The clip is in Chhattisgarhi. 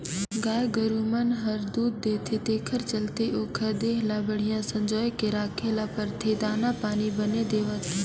गाय गोरु मन हर दूद देथे तेखर चलते ओखर देह ल बड़िहा संजोए के राखे ल परथे दाना पानी बने देवत